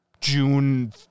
June